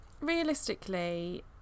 Realistically